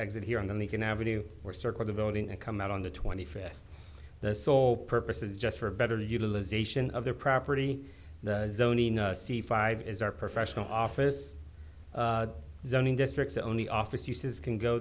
exit here and then they can ave or circle the voting and come out on the twenty fifth the sole purpose is just for a better utilization of their property the zoning c five is our professional office zoning districts only office uses can go